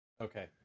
okay